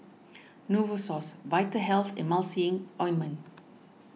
Novosource Vitahealth Emulsying Ointment